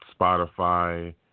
Spotify